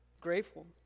Grateful